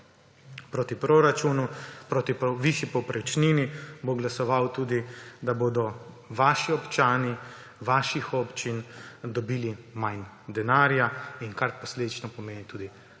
proti proračunu, proti višji povprečnini, bo glasoval tudi, da bodo občani vaših občin dobili manj denarja, kar posledično pomeni tudi manj